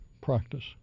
practice